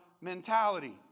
mentality